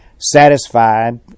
satisfied